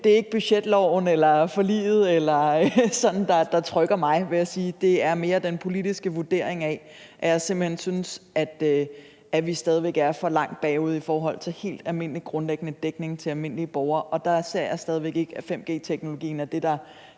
det er ikke budgetloven eller forliget, der trykker mig, vil jeg sige, det er mere den politiske vurdering, altså at jeg simpelt hen synes, vi er for langt bagud i forhold til helt almindelig, grundlæggende dækning til almindelige borgere, og der ser jeg stadig væk ikke, at 5G-teknologien er det, der